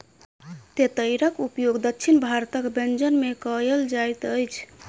तेतैरक उपयोग दक्षिण भारतक व्यंजन में कयल जाइत अछि